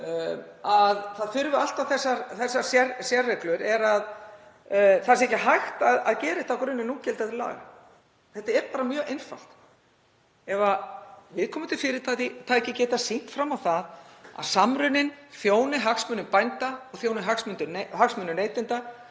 að það þurfi alltaf þessar sérreglur og það sé ekki hægt að gera þetta á grunni núgildandi laga. En þetta er bara mjög einfalt. Ef viðkomandi fyrirtæki geta sýnt fram á það að samruninn þjóni hagsmunum bænda og þjóni hagsmunum neytenda